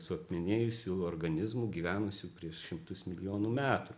suakmenėjusių organizmų gyvenusių prieš šimtus milijonų metų